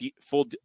full